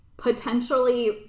potentially